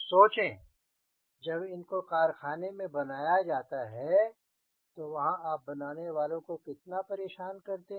सोचें जब इनको कारखाने में बनाया जाता है तो वहाँ आप बनाने वालों को कितना परेशान करते हैं